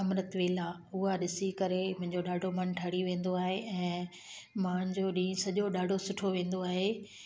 अमृतवेला उहा ॾिसी करे मुंहिंजो ॾाढो मनु ठड़ी वेंदो आहे ऐं मुंहिंजो ॾींहुं सॼो ॾाढो सुठो वेंदो आहे